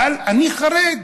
אבל אני חרד,